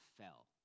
fell